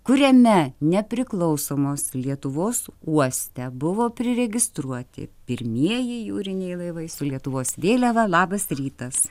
kuriame nepriklausomos lietuvos uoste buvo priregistruoti pirmieji jūriniai laivai su lietuvos vėliava labas rytas